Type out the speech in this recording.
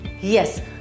Yes